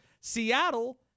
Seattle